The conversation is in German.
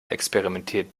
experimentiert